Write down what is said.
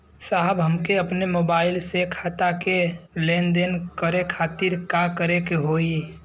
साहब हमके अपने मोबाइल से खाता के लेनदेन करे खातिर का करे के होई?